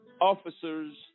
Officers